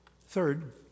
Third